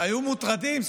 היו מוטרדים,